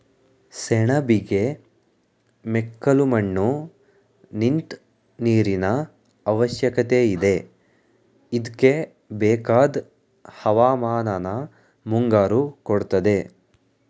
ಸೆಣಬಿಗೆ ಮೆಕ್ಕಲುಮಣ್ಣು ನಿಂತ್ ನೀರಿನಅವಶ್ಯಕತೆಯಿದೆ ಇದ್ಕೆಬೇಕಾದ್ ಹವಾಮಾನನ ಮುಂಗಾರು ಕೊಡ್ತದೆ